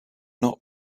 not